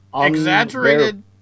Exaggerated